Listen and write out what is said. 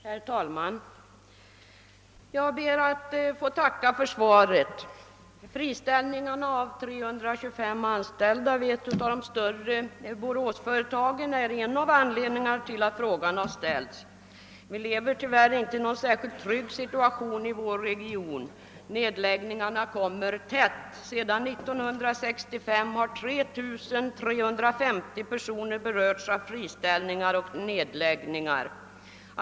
Herr talman! Jag ber att få tacka för svaret. Friställningarna av 325 anställda vid ett av de större Boråsföretagen är en av anledningarna till min fråga. Vi lever tyvärr inte i någon särskilt trygg situation i vår region, nedläggningarna kommer tätt. Sedan 1965 har 3 350 personer berörts av friställningar och nedläggningar.